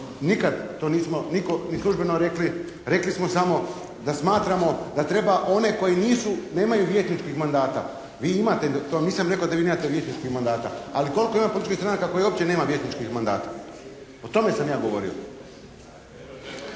nikad nismo nitko ni službeno rekli, rekli smo samo da smatramo da treba one koji nisu, nemaju vijećničkih mandata. Vi imate, to nisam rekao da vi nemate vijećničkih mandata. Ali koliko ima političkih stranaka koje uopće nema vijećničkih mandata. O tome sam ja govorio.